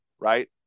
right